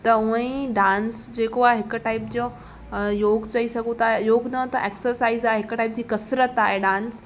त उअ ई डांस जेको आहे हिक टाइप जो योग चई सघूं था योग न त एक्सरसाइज आहे हिक टाइप जी कसरतु आहे डांस